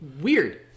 weird